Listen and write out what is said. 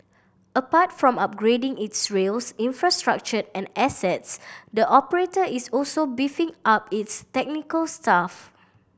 apart from upgrading its rail infrastructure and assets the operator is also beefing up its technical staff